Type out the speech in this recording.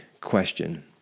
question